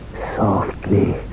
softly